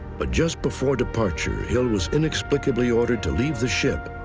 but just before departure, hill was inexplicably ordered to leave the ship.